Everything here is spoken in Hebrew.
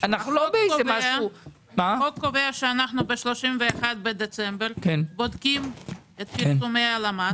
החוק קובע שב-31 בדצמבר בודקים את פרסומי הלמ"ס.